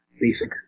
basic